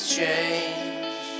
change